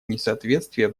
несоответствие